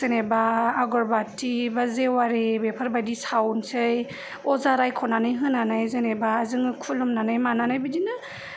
जेनोबा आगर बाथि बा जेवारि बेफोरबायदि सावनोसै अजा रायख'नानै होनानै जेनोबा जोङो खुलुमनानै मानानै बिदिनो